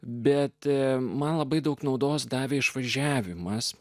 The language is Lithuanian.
bet man labai daug naudos davė išvažiavimas